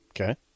Okay